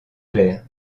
clerc